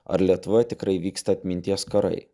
ar lietuvoje tikrai vyksta atminties karai